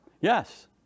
Yes